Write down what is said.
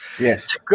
Yes